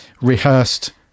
rehearsed